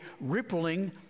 rippling